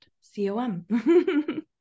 c-o-m